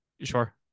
sure